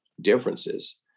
differences